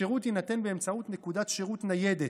השירות יינתן באמצעות נקודת שירות ניידת.